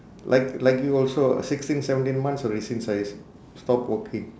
like like you also sixteen seventeen months already since I stop working